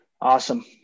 Awesome